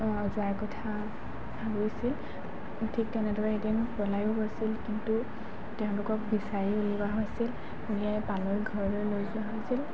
যোৱাৰ কথা ভাবিছিল ঠিক তেনেদৰে এদিন পলাইয়ো গৈছিল কিন্তু তেওঁলোকক বিচাৰি উলিওৱা হৈছিল উলিয়াই পানৈৰ ঘৰলৈ লৈ যোৱা হৈছিল